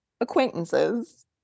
acquaintances